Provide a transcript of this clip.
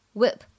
whip